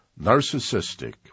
narcissistic